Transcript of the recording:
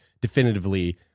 definitively